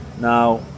Now